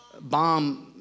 bomb